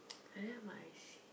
I don't have my I_C